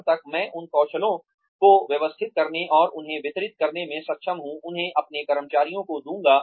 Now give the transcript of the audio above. तब तक मैं उन कौशलों को व्यवस्थित करने और उन्हें वितरित करने में सक्षम हूँ उन्हें अपने कर्मचारियों को दूँगा